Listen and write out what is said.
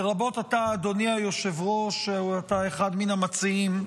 לרבות אתה, אדוני היושב-ראש, שאתה אחד מן המציעים,